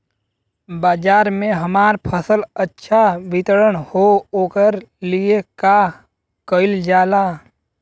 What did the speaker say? बाजार में हमार फसल अच्छा वितरण हो ओकर लिए का कइलजाला?